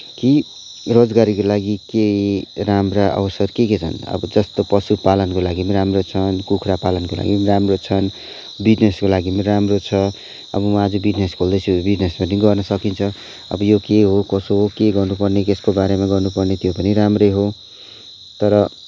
कि रोजगारीको लागि केही राम्रा अवसर के के छन् त अब जस्तो पशुपालनको लागि पनि राम्रो छन् कुखुरा पालनको लागि पनि राम्रो छन् बिजनेसको लागि पनि राम्रो छ अब म आज बिजनेस खोल्दैछुँ बिजनेस पनि गर्न सकिन्छ अब यो के हो कसो हो के गर्नु पर्ने केको बारेमा गर्नु पर्ने त्यो पनि राम्रै हो तर